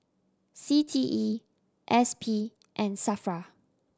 C T E S P and SAFRA